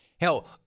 Hell